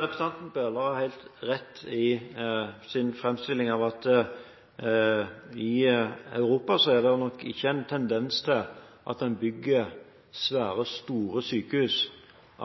Representanten Bøhler har helt rett i sin framstilling av at i Europa er det nok ikke en tendens til at en bygger svære sykehus